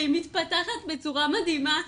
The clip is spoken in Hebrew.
והיא מתפתחת בצורה מדהימה,